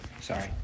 Sorry